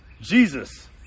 Jesus